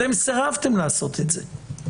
אתם סירבתם לעשות את זה.